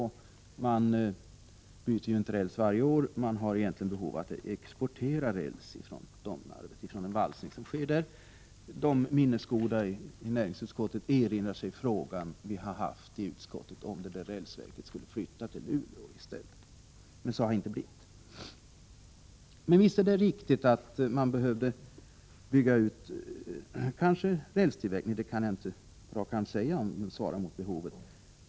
Räls byts ju inte varje år. Egentligen har Domnarvet behov av att exportera räls. De minnesgoda i näringsutskottet erinrar sig kanske att vi i utskottet har behandlat frågan om rälsverket i Domnarvet skulle flyttas till Luleå, men så har inte blivit fallet. Visst kan det vara riktigt att rälsämnestillverkningen kanske behöver byggas ut. Jag kan inte på rak arm säga om produktionen svarar mot behovet.